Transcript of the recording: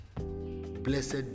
Blessed